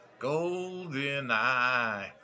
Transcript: GoldenEye